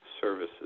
services